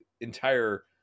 entire